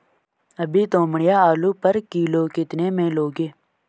अभी तोमड़िया आलू पर किलो कितने में लोगे?